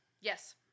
Yes